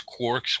quarks